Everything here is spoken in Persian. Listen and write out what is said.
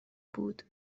بود